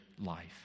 life